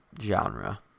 genre